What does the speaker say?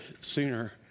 sooner